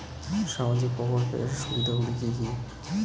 সামাজিক প্রকল্পের সুবিধাগুলি কি কি?